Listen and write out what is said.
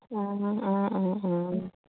অঁ অঁ অঁ অঁ অঁ